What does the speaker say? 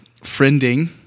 Friending